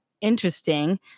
interesting